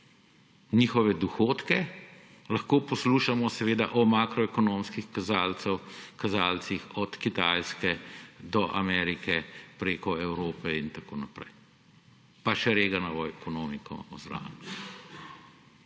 njihove dohodke, lahko poslušamo o makroekonomskih kazalcih od Kitajske do Amerike preko Evrope in tako naprej, pa še Reaganovo ekonomiko zraven.